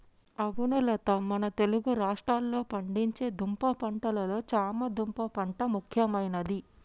అవును లత మన తెలుగు రాష్ట్రాల్లో పండించే దుంప పంటలలో చామ దుంప పంట ముఖ్యమైనది